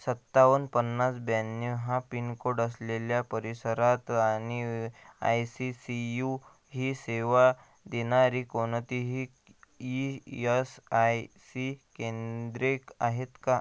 सत्तावन्न पन्नास ब्याण्णव हा पिनकोड असलेल्या परिसरात आणि आय सी सी यू ही सेवा देणारी कोणतीही ई एस आय सी केंद्रे आहेत का